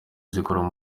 zikorera